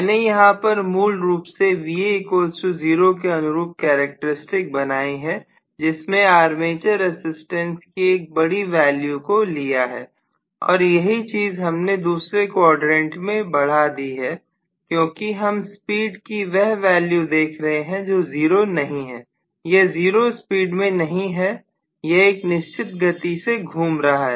मैंने यहां पर मूल रूप से Va0 के अनुरूप कैरेक्टर स्टिक बनाई है जिसमें आर्मेचर रजिस्टेंस की एक बड़ी वॉल्यूम को लिया है और यही चीज हम ने दूसरे क्वाड्रेंट में बढ़ा दी है क्योंकि हम स्पीड की वह वैल्यू देख रहे हैं जो जीरो नहीं है यह जीरो स्पीड में नहीं है यह एक निश्चित गति से घूम रहा है